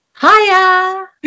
Hiya